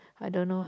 I don't know uh